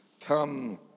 come